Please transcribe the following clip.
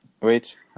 Wait